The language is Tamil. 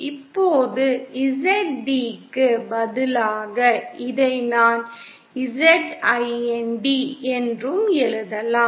இப்போது Zd க்கு பதிலாக இதை நான் Zind என்றும் எழுதலாம்